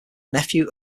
nephew